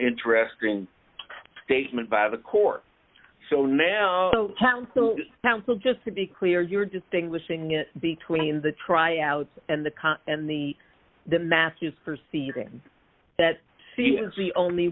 interesting statement by the court so now counsel just to be clear you're distinguishing between the tryouts and the cons and the the matthews perceiving that he is the only